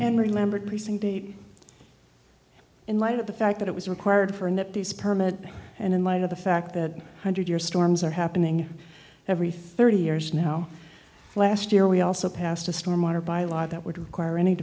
and remembered missing baby in light of the fact that it was required for and that these permits and in light of the fact that hundred year storms are happening every thirty years now last year we also passed a storm water by law that would require any